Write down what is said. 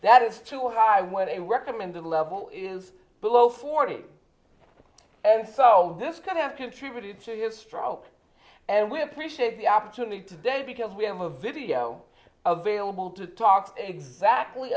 that is too high when a recommended level is below forty and so this could have contributed to his stroke and we appreciate the opportunity today because we have a video available to talk exactly